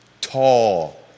tall